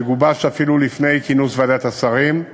שגובש אפילו לפני כינוס ועדת השרים.